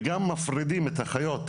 וגם מפרידים את החיות,